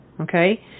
Okay